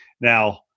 Now